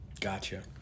Gotcha